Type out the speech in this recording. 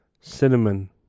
cinnamon